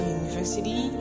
university